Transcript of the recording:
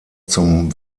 zum